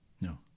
No